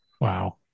Wow